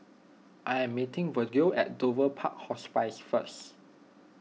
I am meeting Virgle at Dover Park Hospice first